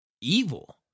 evil